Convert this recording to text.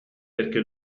perché